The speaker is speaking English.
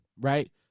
right